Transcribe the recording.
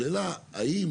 השאלה, האם